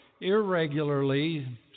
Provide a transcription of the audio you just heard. irregularly